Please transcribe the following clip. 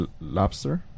lobster